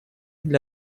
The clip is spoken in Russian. для